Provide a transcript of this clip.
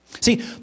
See